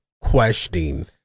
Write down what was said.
questioning